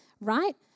right